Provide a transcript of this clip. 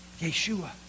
Yeshua